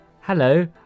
Hello